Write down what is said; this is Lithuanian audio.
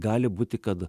gali būti kad